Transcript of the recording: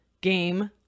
Game